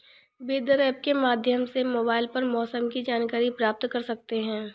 weather app के माध्यम से मोबाइल पर मौसम की जानकारी प्राप्त कर सकते हैं